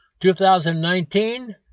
2019